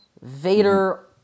Vader